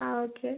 ആ ഓക്കെ